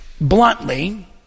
bluntly